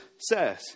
says